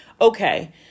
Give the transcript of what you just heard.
okay